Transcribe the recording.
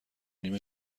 نیم